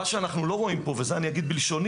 מה שאנחנו לא רואים פה וזה אני אגיד בלשוני,